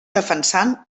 defensant